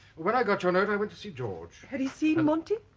when i got your note i went to see george. had he seen monty?